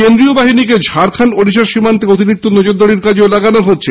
কেন্দ্রীয় বাহিনীকে ঝাড়খন্ড ওড়িশা সীমান্তে অতিরিক্ত নজরদারির কাজেও লাগানো হবে